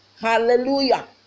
hallelujah